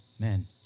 Amen